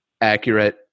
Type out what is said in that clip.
accurate